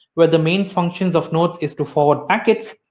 where the main functions of nodes is to forward packets,